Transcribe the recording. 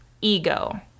ego